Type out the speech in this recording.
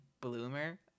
bloomer